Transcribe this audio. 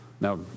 Now